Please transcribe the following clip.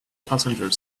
passenger